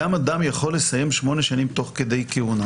אדם יכול לסיים 8 שנים תוך כדי כהונה